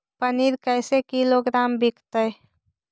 पनिर कैसे किलोग्राम विकतै?